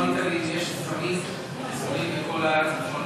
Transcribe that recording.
לא ענית לי אם יש חיסונים בכל הארץ,